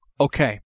okay